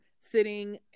sitting